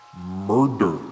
murder